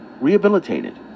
rehabilitated